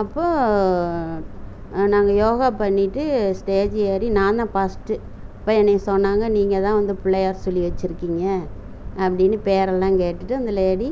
அப்போது நாங்கள் யோகா பண்ணிவிட்டு ஸ்டேஜு ஏறி நான் தான் ஃபஸ்ட்டு அப்போ என்னைய சொன்னாங்க நீங்கள் தான் வந்து பிள்ளையார் சுழி வச்சுருக்கீங்க அப்படின்னு பேரெல்லாம் கேட்டுவிட்டு அந்த லேடி